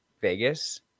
Vegas